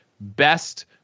best